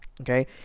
Okay